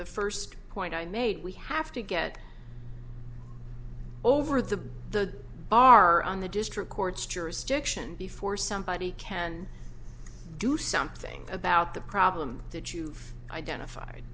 the first point i made we have to get over the the bar on the district court's jurisdiction before somebody can do something about the problem that you've identified